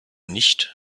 nicht